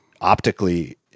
optically